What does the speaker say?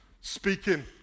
speaking